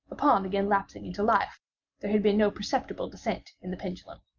upon again lapsing into life there had been no perceptible descent in the pendulum.